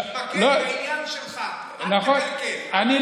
תתמקד בעניין שלך, אל תקלקל.